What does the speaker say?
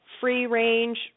free-range